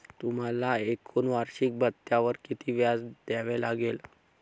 तुम्हाला एकूण वार्षिकी भत्त्यावर किती व्याज द्यावे लागले